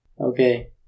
Okay